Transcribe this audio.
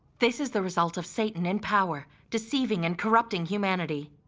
this is the result of satan in power, deceiving and corrupting humanity.